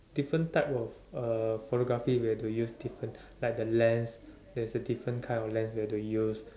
different type of uh photography we have to use different like the lens there's a different kind of lens we have to use